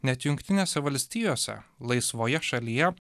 net jungtinėse valstijose laisvoje šalyje